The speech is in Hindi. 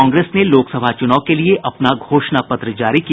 कांग्रेस ने लोकसभा चूनाव के लिए अपना घोषणा पत्र जारी किया